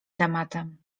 tematem